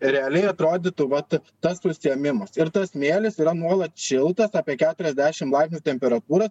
realiai atrodytų vat tas užsiėmimas ir tas smėlis yra nuolat šiltas apie keturiasdešim laipsnių temperatūra